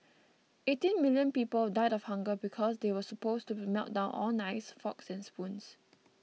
eighteen million people died of hunger because they were supposed to melt down all knives forks and spoons